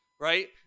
right